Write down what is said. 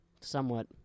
somewhat